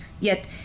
Yet